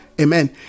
amen